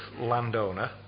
landowner